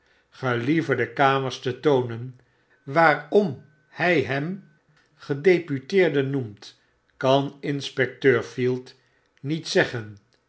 gelieve de kamers te toonen waarom hy hem gedeputeerde noemt kan inspecteur field niet zeggen